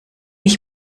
ich